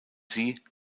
sie